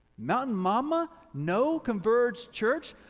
mountain mamma, no converge church?